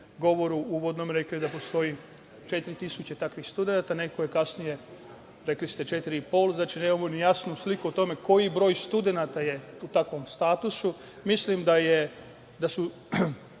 govoru ste rekli da postoji 4.000 takvih studenata, neko je kasnije rekao 4.500, znači nemamo jasnu sliku o tome koji broj studenata je u takvom statusu. Mislim da su